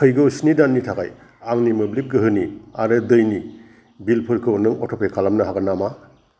फैगौ स्नि दाननि थाखाय आंनि मोब्लिब गोहोनि आरो दैनि बिलफोरखौ नों अट'पे खालामनो हागोन नामा